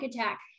attack